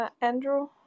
Andrew